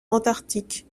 antarctique